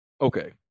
Okay